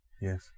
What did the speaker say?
Yes